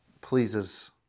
pleases